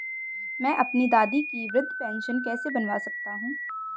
मैं अपनी दादी की वृद्ध पेंशन कैसे बनवा सकता हूँ?